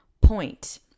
point